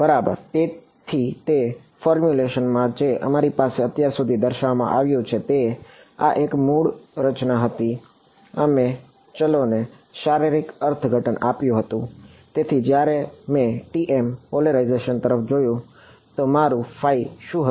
બરાબર તેથી તે ફોર્મ્યુલેશન તરફ જોયું તો મારું ફાઈ શું હતું